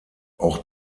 auch